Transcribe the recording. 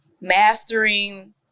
Mastering